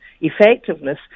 effectiveness